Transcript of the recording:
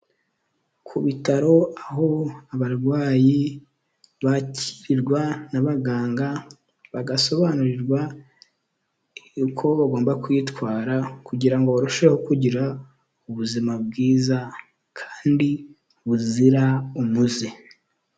Ku bitaro aho abarwayi bakirirwa n'abaganga, bagasobanurirwa uko bagomba kwitwara kugira ngo barusheho kugira ubuzima bwiza kandi buzira umuze.